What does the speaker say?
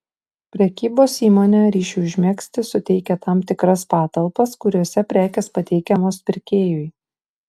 prekybos įmonė ryšiui užmegzti suteikia tam tikras patalpas kuriose prekės pateikiamos pirkėjui